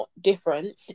different